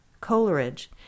Coleridge